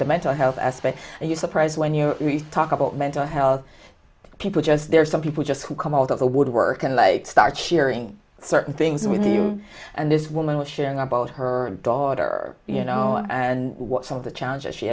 the mental health aspect are you surprised when you talk about mental health people just there are some people just who come out of the woodwork and like start sharing certain things with you and this woman was sharing about her daughter you know and what some of the challenges she